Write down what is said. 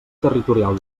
territorial